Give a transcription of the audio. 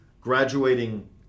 graduating